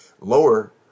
lower